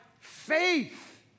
Faith